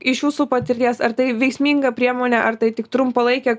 iš jūsų patirties ar tai veiksminga priemonė ar tai tik trumpalaikė